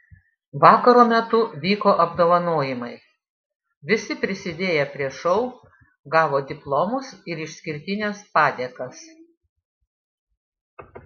vakaro metu vyko apdovanojimai visi prisidėję prie šou gavo diplomus ir išskirtines padėkas